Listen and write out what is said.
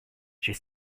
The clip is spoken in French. chez